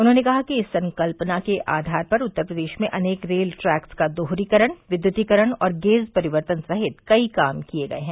उन्होंने कहा कि इस संकल्पना के आधार पर उत्तर प्रदेश में अनेक रेल ट्रैक्स का दोहरीकरण विद्युतीकरण और गेज़ परिवर्तन सहित कई काम किये गये हैं